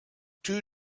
two